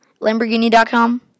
Lamborghini.com